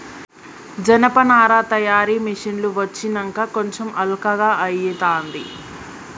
జనపనార తయారీ మిషిన్లు వచ్చినంక కొంచెం అల్కగా అయితాంది